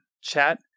chat